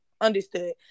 Understood